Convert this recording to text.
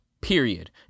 Period